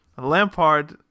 Lampard